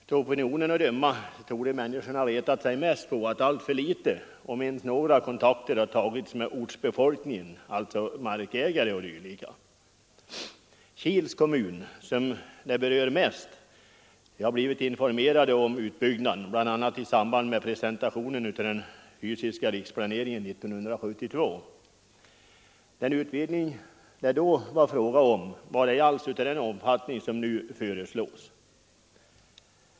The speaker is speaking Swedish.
Av opinionen att döma torde människorna ha retat sig mest på att alltför få — om ens några — kontakter har tagits med ortsbefolkningen, alltså med markägare o. d. Kils kommun, som berörs mest, har blivit informerad om utbyggnaden, bl.a. i samband med presentationen av den fysiska riksplaneringen 1972. Den utvidgning det då var fråga om var ej alls av den omfattning som nu föreslås.